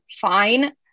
fine